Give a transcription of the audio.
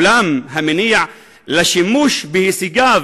אולם המניע לשימוש בהישגיו